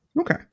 Okay